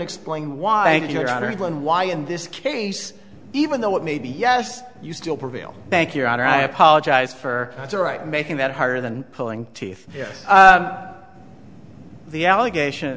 explain why you're honorable and why in this case even though it may be yes you still prevail bank your honor i apologize for making that harder than pulling teeth yes the allegation